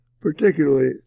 particularly